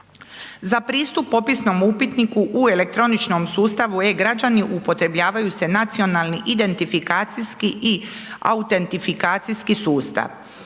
Za pristup popisnom upitniku u elektroničkom sustavu e-građani upotrebljavaju se nacionalni identifikacijski i autentifikacijski sustav.